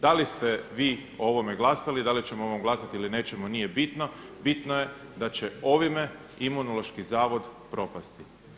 Da li ste vi o ovome glasali i da li ćemo o ovome glasati ili nećemo nije bitno, bitno je da će ovime Imunološki zavod propasti.